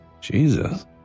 Jesus